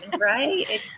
right